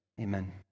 Amen